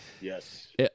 yes